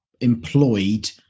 employed